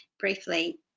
briefly